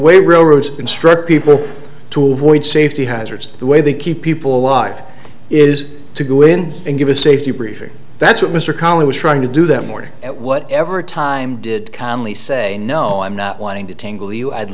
way railroads instruct people to avoid safety hazards the way they keep people alive is to go in and give a safety briefing that's what mr connelly was trying to do that morning at whatever time did calmly say no i'm not wanting to tangle you i'd